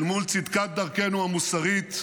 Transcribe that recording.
אל מול צדקת דרכנו המוסרית,